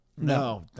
No